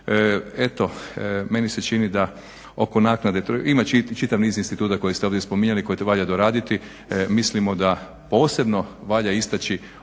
Eto meni se čini da oko naknade, ima čitav niz instituta koje ste ovdje spominjali, koje to valja doraditi, mislimo da posebno valja istaći